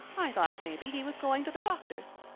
i thought maybe he was going to the doctor's.